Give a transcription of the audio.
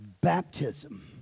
Baptism